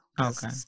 Okay